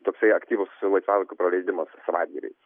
toksai aktyvus laisvalaikio praleidimas savaitgaliais